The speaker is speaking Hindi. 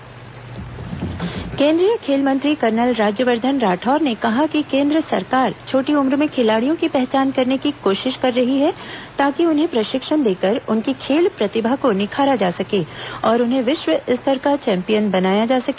केन्द्रीय खेल मंत्री केन्द्रीय खेल मंत्री कर्नल राज्यवर्धन राठौड़ ने कहा है कि केन्द्र सरकार छोटी उम्र में खिलाड़ियों की पहचान करने की कोशिश कर रही है ताकि उन्हें प्रशिक्षण देकर उनकी खेल प्रतिभा को निखारा जा सके और उन्हें विश्व स्तर का चैम्पियन बनाया जा सके